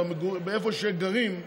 איפה שגרים,